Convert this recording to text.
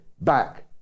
back